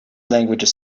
languages